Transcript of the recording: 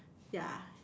ya